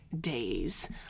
days